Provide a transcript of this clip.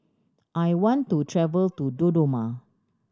I want to travel to Dodoma